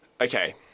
Okay